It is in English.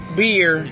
beer